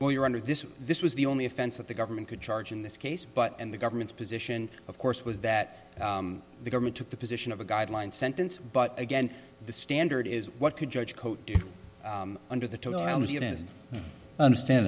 when you're under this this was the only offense that the government could charge in this case but and the government's position of course was that the government took the position of a guideline sentence but again the standard is what could judge code do under the